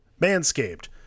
Manscaped